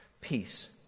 peace